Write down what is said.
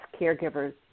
caregivers